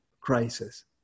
crisis